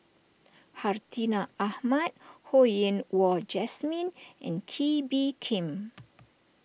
Hartinah Ahmad Ho Yen Wah Jesmine and Kee Bee Khim